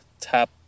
tap